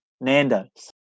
Nando's